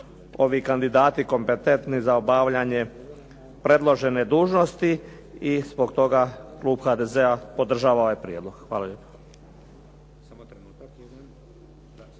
ovi kandidati kompetentni za obavljanje predložene dužnosti i zbog toga klub HDZ-a podržava ovaj prijedlog. **Šeks,